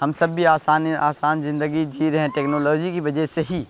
ہم سب بھی آسانی آسان زندگی جی رہے ہیں ٹیکنالوجی کی وجہ سے ہی